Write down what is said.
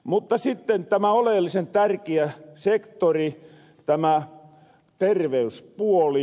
mutta sitten tämä oleellisen tärkiä sektori tämä terveyspuoli